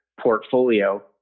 portfolio